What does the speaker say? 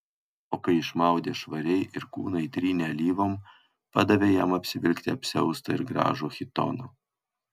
o kai išmaudė švariai ir kūną įtrynė alyvom padavė jam apsivilkti apsiaustą ir gražų chitoną